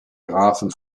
grafen